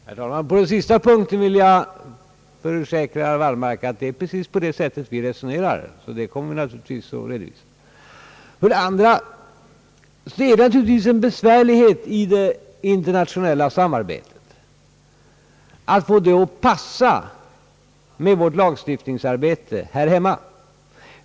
Herr talman! På den sista punkten vill jag försäkra herr Wallmark att det är precis på det sättet vi resonerar och att detta naturligtvis kommer att redovisas. Det är givetvis besvärligt att få det internationella samarbetet att passa med vårt lagstiftningsarbete här hemma.